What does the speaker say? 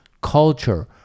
culture